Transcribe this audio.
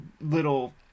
little